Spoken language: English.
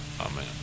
amen